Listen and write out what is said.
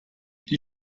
die